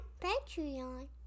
Patreon